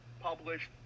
published